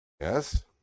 Yes